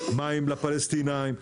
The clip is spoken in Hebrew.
מים לפלסטינים,